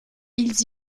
ils